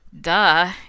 Duh